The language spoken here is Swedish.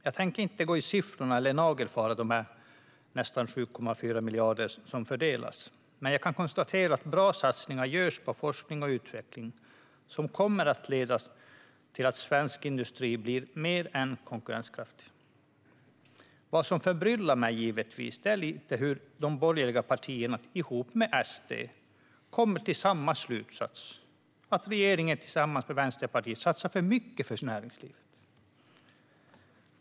Jag tänker inte ge några siffror eller nagelfara dessa nästan 7,4 miljarder kronor som fördelas, men jag kan konstatera att bra satsningar görs på forskning och utveckling som kommer att leda till att svensk industri blir än mer konkurrenskraftig. Vad som givetvis förbryllar mig lite är hur de borgerliga partierna ihop med SD kommer till samma slutsats: att regeringen tillsammans med Vänsterpartiet satsar för mycket på näringslivet.